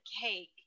cake